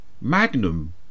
Magnum